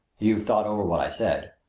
you've thought over what i said?